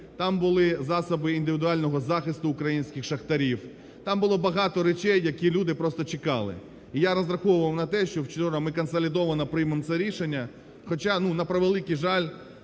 там були засоби індивідуального захисту українських шахтарів, там було багато речей, які люди просто чекали. І я розраховував на те, що вчора ми консолідовано приймемо це рішення, хоча, ну, на превеликий жаль,